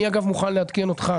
אני, אגב, מוכן לעדכן אותך.